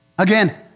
Again